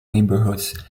neighbourhoods